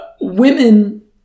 women